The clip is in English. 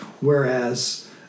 Whereas